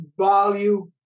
Value